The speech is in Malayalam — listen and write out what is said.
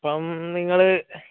ഇപ്പം നിങ്ങൾ